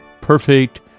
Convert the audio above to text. perfect